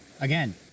again